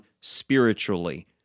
spiritually